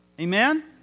Amen